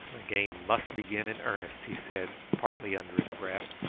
the game must begin in earnest, he said partly under his breath.